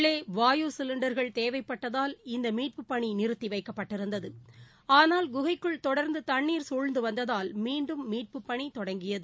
உள்ளே வாயு சிலிண்டர்கள் தேவைப்பட்டதால் இந்த மீட்புப்பணி நிறுத்தி வைக்கப்பட்டிருந்தது ஆனால் குகைக்குள் தொடர்ந்து தண்ணீர் சூழ்ந்து வந்ததால் மீண்டும் மீட்புப் பணி தொடங்கியது